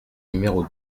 numéro